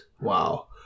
Wow